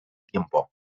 tiempo